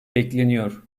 bekleniyor